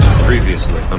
Previously